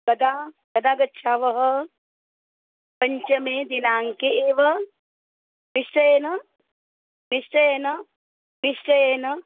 कदा कदा गच्छावः पञ्चमे दिनाङ्के एव निश्चयेन निश्चयेन निश्चयेन